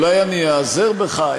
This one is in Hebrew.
אולי אני איעזר בך,